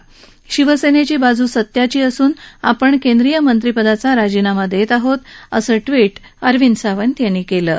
शिवसेनेची बाजू सत्याची असून आपण केंद्रीय मंत्री पदाचा राजीनामा देत आहोत असं वि अरविंद सावंत यांनी केलं आहे